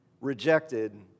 rejected